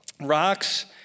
Rocks